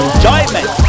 enjoyment